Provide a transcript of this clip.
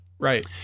Right